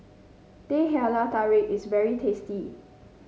Teh Halia Tarik is very tasty